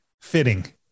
fitting